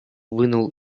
вынул